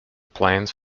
planes